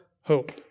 hope